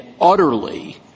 utterly